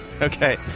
Okay